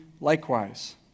likewise